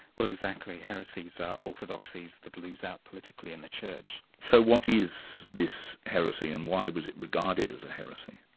well exactly, heresies are orthodoxies that lose out politically in the church. so what is this heresy and why was it regarded as a heresy?